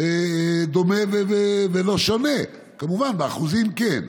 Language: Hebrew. דומה ולא שונה, כמובן באחוזים, כן.